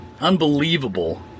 unbelievable